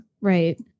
right